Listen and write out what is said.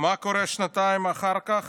מה קורה שנתיים אחר כך?